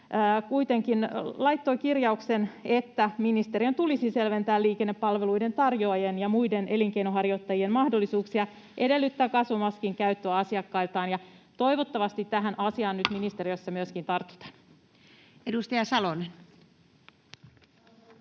kuitenkin laittoi kirjauksen, että ministeriön tulisi selventää liikennepalveluiden tarjoajien ja muiden elinkeinonharjoittajien mahdollisuuksia edellyttää kasvomaskin käyttöä asiakkailtaan, ja toivottavasti tähän asiaan nyt ministeriössä myöskin tartutaan. [Speech